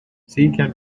can